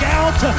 out